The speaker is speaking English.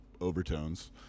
overtones